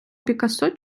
пікассо